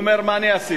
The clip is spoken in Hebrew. הוא אומר: מה אני עשיתי?